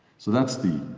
so that's the